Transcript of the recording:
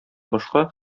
башка